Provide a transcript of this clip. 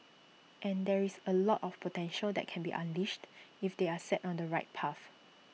and there is A lot of potential that can be unleashed if they are set on the right path